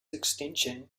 extension